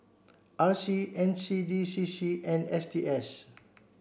R C N C D C C and S T S